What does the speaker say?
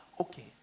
Okay